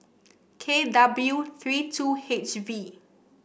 K W three two H V